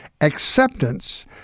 acceptance